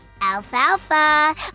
Alfalfa